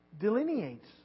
delineates